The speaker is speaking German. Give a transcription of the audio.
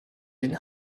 den